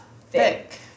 Thick